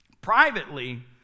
Privately